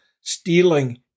Stealing